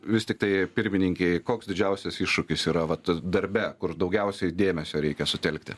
vis tiktai pirmininkei koks didžiausias iššūkis yra vat darbe kur daugiausiai dėmesio reikia sutelkti